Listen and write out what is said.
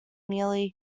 nearly